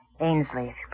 Ainsley